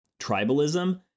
tribalism